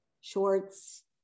shorts